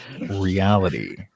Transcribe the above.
reality